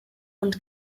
und